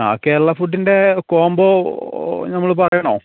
ആ കേരള ഫുഡിൻ്റെ കോംബോ നമ്മൾ പറയണോ